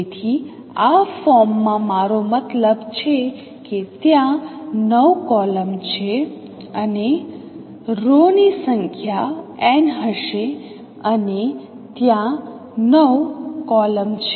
તેથી આ ફોર્મમાં મારો મતલબ છે કે ત્યાં 9 કોલમ છે અને રો ની સંખ્યા n હશે અને ત્યાં 9 કોલમ છે